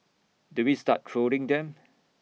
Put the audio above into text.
do we start trolling them